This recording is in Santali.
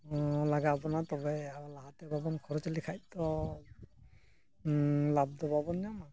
ᱞᱟᱜᱟᱣ ᱵᱚᱱᱟ ᱛᱚᱵᱮ ᱟᱵᱚ ᱞᱟᱦᱟᱛᱮ ᱵᱟᱵᱚᱱ ᱠᱷᱚᱨᱚᱪ ᱞᱮᱠᱷᱟᱱ ᱛᱚ ᱞᱟᱵᱽ ᱫᱚ ᱵᱟᱵᱚᱱ ᱧᱟᱢᱟ